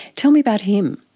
tell me about him.